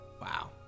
Wow